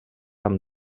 amb